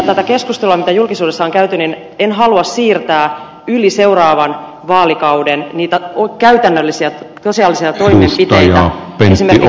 tätä keskustelua mitä julkisuudessa on käyty en halua siirtää yli seuraavan vaalikauden niitä käytännöllisiä tosiasiallisia toimenpiteitä esimerkiksi varuskuntaverkon suhteen vaan ne puhemies sulki puhujan mikrofonin koska puheaika ylittyi